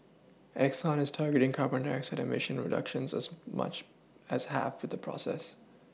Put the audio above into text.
Exxon is targeting carbon dioxide eMission reductions as much as half with the process